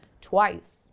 twice